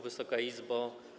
Wysoka Izbo!